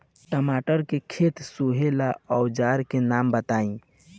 टमाटर के खेत सोहेला औजर के नाम बताई?